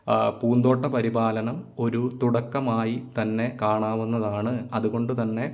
പൂന്തോട്ട പരിപാലനം ഒരു തുടക്കമായി തന്നെ കാണാവുന്നതാണ് അതുകൊണ്ടു തന്നെ